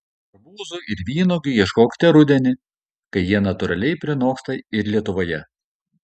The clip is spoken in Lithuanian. arbūzų ir vynuogių ieškokite rudenį kai jie natūraliai prinoksta ir lietuvoje